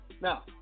Now